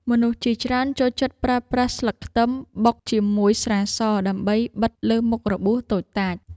មនុស្សជាច្រើនចូលចិត្តប្រើប្រាស់ស្លឹកខ្ទឹមបុកលាយជាមួយស្រាដើម្បីបិទលើមុខរបួសតូចតាច។